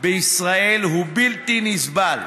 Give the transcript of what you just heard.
בישראל הוא בלתי נסבל.